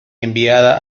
enviada